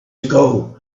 ago